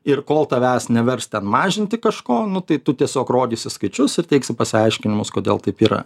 ir kol tavęs nevers ten mažinti kažko nu tai tu tiesiog rodysi skaičius ir teiksi pasiaiškinimus kodėl taip yra